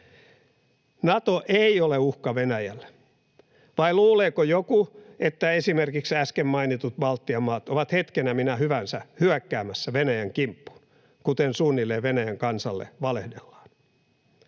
Nato ei ole uhka Venäjälle, vai luuleeko joku, että esimerkiksi äsken mainitut Baltian maat ovat hetkenä minä hyvänsä hyökkäämässä Venäjän kimppuun, kuten suunnilleen Venäjän kansalle valehdellaan?